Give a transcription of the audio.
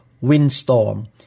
windstorm